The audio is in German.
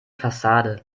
fassade